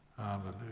Hallelujah